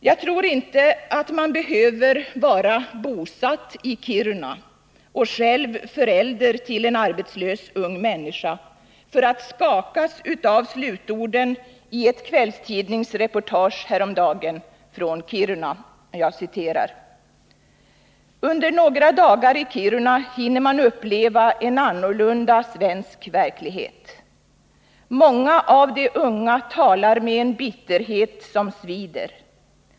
Jag tror inte att man behöver vara bosatt i Kiruna och själv förälder till en arbetslös ung människa för att skakas av slutorden i ett kvällstidningsreportage häromdagen från Kiruna: ”Under några dagar i Kiruna hinner man uppleva en annorlunda svensk verklighet. Många av de unga talar med en bitterhet som svider.